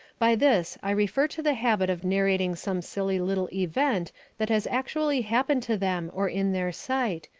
by this i refer to the habit of narrating some silly little event that has actually happened to them or in their sight,